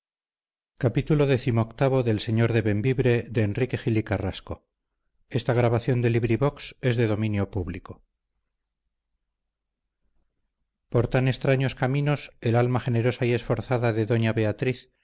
por tan extraños caminos el alma generosa y esforzada de doña beatriz